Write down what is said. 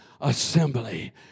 assembly